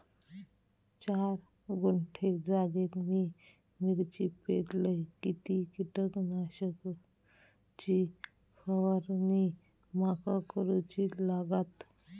चार गुंठे जागेत मी मिरची पेरलय किती कीटक नाशक ची फवारणी माका करूची लागात?